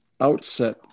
outset